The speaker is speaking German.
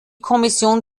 kommission